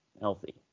healthy